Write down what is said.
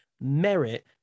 merit